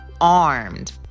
armed